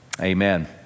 amen